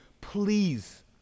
Please